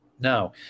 Now